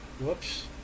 Whoops